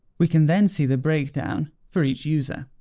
we can then see the breakdown for each user.